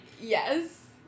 yes